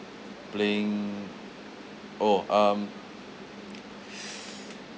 playing oh um